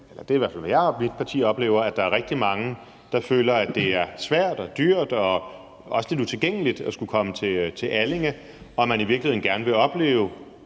jo – det er i hvert fald, hvad jeg og mit parti oplever – at der er rigtig mange, der føler, at det er svært og dyrt og også lidt utilgængeligt at skulle komme til Allinge, når man i virkeligheden gerne vil opleve